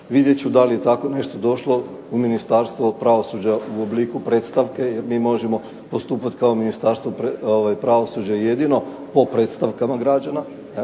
Vidjet ću da li je tako nešto došlo u Ministarstvo pravosuđa u obliku predstavke jer mi možemo postupak kao Ministarstvo pravosuđa jedino po predstavkama građana.